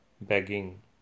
begging